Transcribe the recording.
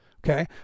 Okay